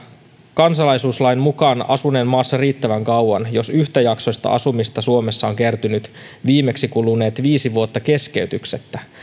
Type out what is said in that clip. kansalaisuuslain mukaan asuneen maassa riittävän kauan jos yhtäjaksoista asumista suomessa on kertynyt viimeksi kuluneet viisi vuotta keskeytyksettä